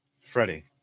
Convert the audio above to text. Freddie